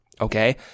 okay